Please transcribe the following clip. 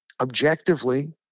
objectively